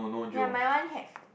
ya my one have